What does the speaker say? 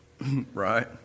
Right